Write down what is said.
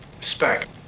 spec